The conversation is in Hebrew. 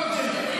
לאמת.